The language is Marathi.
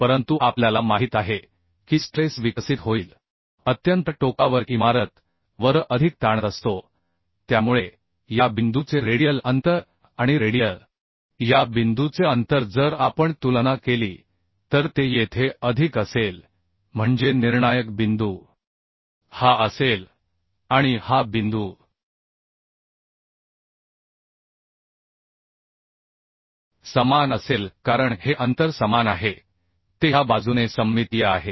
परंतु आपल्याला माहित आहे की स्ट्रेस विकसित होईल अत्यंत टोकावर इमारत व र अधिक ताणत असतो त्यामुळे या बिंदूचे रेडियल अंतर आणि रेडियल या बिंदूचे अंतर जर आपण तुलना केली तर ते येथे अधिक असेल म्हणजे निर्णायक बिंदू हा असेल आणि हा बिंदू समान असेल कारण हे अंतर समान आहे ते ह्या बाजूने सममितीय आहे